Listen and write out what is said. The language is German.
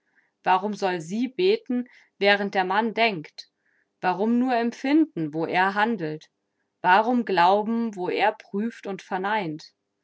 warum soll sie beten während der mann denkt warum nur empfinden wo er handelt warum glauben wo er prüft und verneint